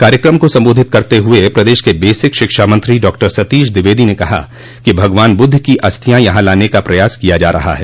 कार्यक्रम को सम्बोधित करते हुये प्रदेश के बेसिक शिक्षा मंत्री डॉक्टर सतीश द्विवेदी ने कहा कि भगवान बुद्ध की अस्थियां यहा लाने का प्रयास किया जा रहा है